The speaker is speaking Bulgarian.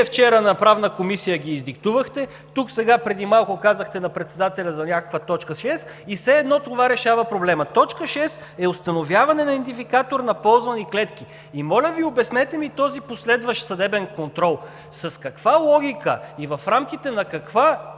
вчера на Правната комисия ги издиктувахте – сега преди малко казахте на председателя за някаква т. 6, и все едно това решава проблема! Точка 6 е установяване на идентификатор на ползвани клетки! И моля Ви, обяснете ми този последващ съдебен контрол: с каква логика и в рамките на каква